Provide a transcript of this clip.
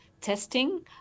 testing